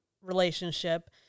Relationship